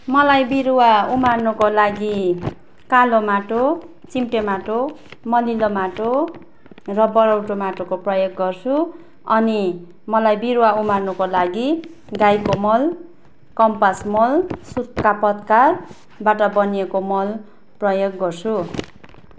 मलाई बिरुवा उमार्नुको लागि कालो माटो चिम्टे माटो मलिलो माटो र बलौटे माटोको प्रयोग गर्छु अनि मलाई बिरुवा उमार्नुको लागि गाईको मल कम्पोस्ट मल सुक्खा पत्ताबाट बनिएको मल प्रयोग गर्छु